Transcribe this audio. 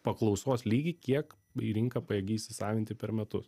paklausos lygį kiek į rinka pajėgi įsisavinti per metus